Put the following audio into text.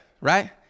right